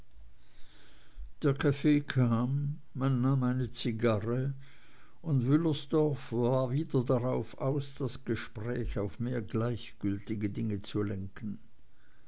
der kaffee kam man nahm eine zigarre und wüllersdorf war wieder darauf aus das gespräch auf mehr gleichgültige dinge zu lenken